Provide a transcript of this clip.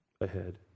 ahead